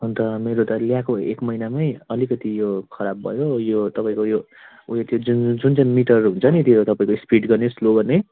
अन्त मेरो त ल्याएको एक महिनामै अलिकति यो खराब भयो यो तपाईँको यो उयो त्यो जुन जुन चाहिँ मिटर हुन्छ नि त्यो तपाईँको स्पिड गर्ने स्लो गर्ने